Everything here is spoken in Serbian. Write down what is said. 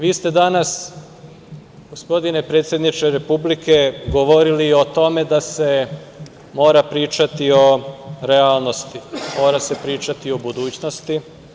Vi ste danas, gospodine predsedniče Republike, govorili o tome da se mora pričati o realnosti, mora se pričati o budućnosti.